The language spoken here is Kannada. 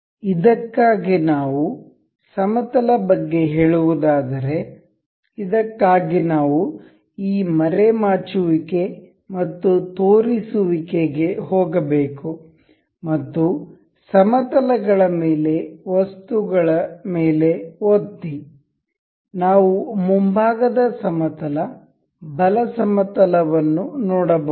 ಇದಕ್ಕಾಗಿ ನಾವು ಸಮತಲ ಬಗ್ಗೆ ಹೇಳುವದಾದರೆ ಇದಕ್ಕಾಗಿ ನಾವು ಈ ಮರೆಮಾಚುವಿಕೆ ಮತ್ತು ತೋರಿಸುವಿಕೆ ಗೆ ಹೋಗಬೇಕು ಮತ್ತು ಸಮತಲಗಳ ಮೇಲೆ ವಸ್ತುಗಳ ಮೇಲೆ ಒತ್ತಿ ನಾವು ಮುಂಭಾಗದ ಸಮತಲ ಬಲ ಸಮತಲ ವನ್ನು ನೋಡಬಹುದು